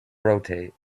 rotate